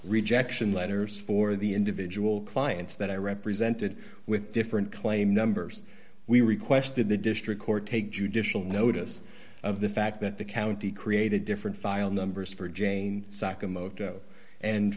rejection letters for the individual clients that i represented with different claim numbers we requested the district court take judicial notice of the fact that the county created different file numbers for jane